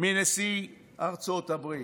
מנשיא ארצות הברית.